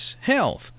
health